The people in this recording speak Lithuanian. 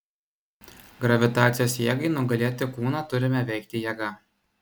gravitacijos jėgai nugalėti kūną turime veikti jėga